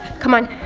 come on.